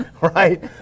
right